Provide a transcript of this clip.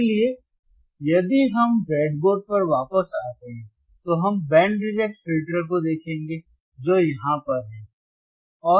इसलिए यदि हम ब्रेडबोर्ड पर वापस आते हैं तो हम बैंड रिजेक्ट फ़िल्टर को देखेंगे जो यहाँ पर है